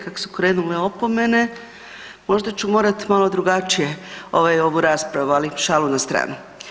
Kako su krenule opomene možda ću morati malo drugačije ovu raspravu, ali šalu na stranu.